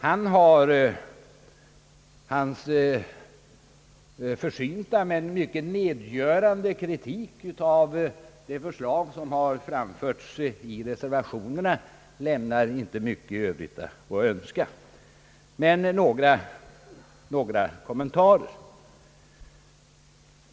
Hans försynta men mycket nedgörande kritik av de förslag som har framförts i reservationerna lämnar inte mycket övrigt att önska. Dock några kommentarer!